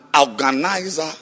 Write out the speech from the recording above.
organizer